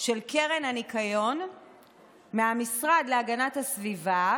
של קרן הניקיון מהמשרד להגנת הסביבה,